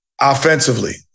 Offensively